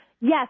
Yes